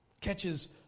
catches